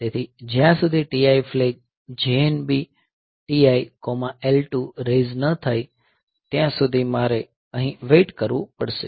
તેથી જ્યાં સુધી TI flag JNB TIL2 raise ન થાય ત્યાં સુધી મારે અહીં વેઇટ કરવી પડશે